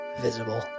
visible